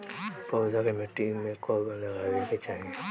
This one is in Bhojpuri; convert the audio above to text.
पौधा के मिट्टी में कब लगावे के चाहि?